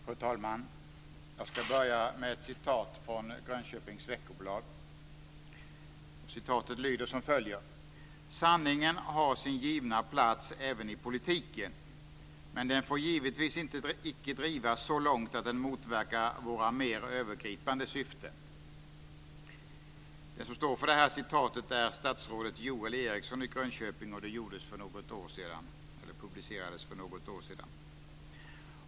Fru talman! Jag ska börja med ett citat ur Grönköpings Veckoblad: Sanningen har sin givna plats även i politiken, men den får givetvis icke drivas så långt att den motverkar våra mer övergripande syften. Den som står för det här citatet är stadsrådet Joel Eriksson i Grönköping. Det publicerades för något år sedan.